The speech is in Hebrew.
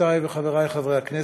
חברותי וחברי חברי הכנסת,